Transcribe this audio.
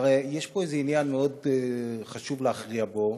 הרי יש פה איזה עניין מאוד חשוב להכריע בו.